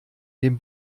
den